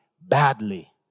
badly